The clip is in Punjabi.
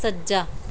ਸੱਜਾ